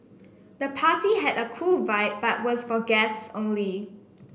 the party had a cool vibe but was for guests only